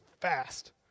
fast